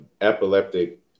epileptic